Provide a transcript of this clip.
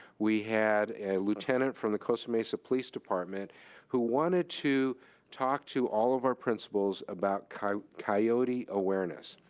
we had a lieutenant from the costa mesa police department who wanted to talk to all of our principals about coyote coyote awareness.